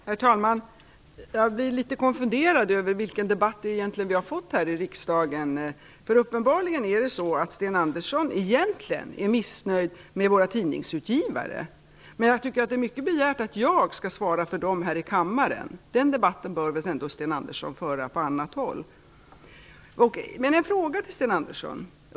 Herr talman! Jag blir litet konfunderad över vilken debatt vi egentligen har fått här i riksdagen. Sten Andersson är tydligen missnöjd med våra tidningsutgivare. Men jag tycker att det är mycket begärt att jag skall svara för dem här i kammaren. Den debatten bör väl ändå Sten Andersson föra på annat håll.